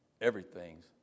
everything's